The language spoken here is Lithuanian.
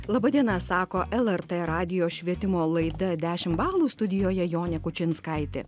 laba diena sako lrt radijo švietimo laida dešimt balų studijoje jonė kučinskaitė